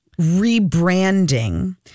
rebranding